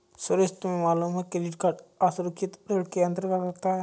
सुरेश तुम्हें मालूम है क्रेडिट कार्ड असुरक्षित ऋण के अंतर्गत आता है